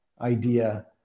idea